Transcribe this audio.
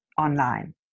online